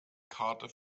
karte